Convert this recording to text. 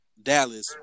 Dallas